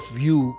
view